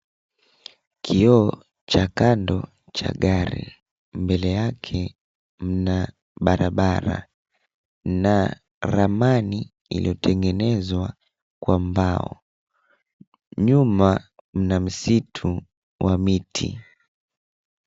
Kioo cha kando cha gari. Mbele yake mna barabara na ramani iliyotengenezwa kwa mbao. Nyuma, mna msitu wa miti,